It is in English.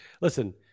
Listen